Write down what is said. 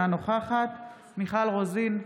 אינה נוכחת מיכל רוזין,